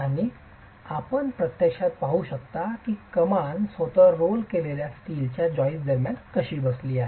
आणि आपण प्रत्यक्षात पाहू शकता की कमान स्वत रोल केलेल्या स्टीलच्या जाईस्ट दरम्यान कशी बसली आहे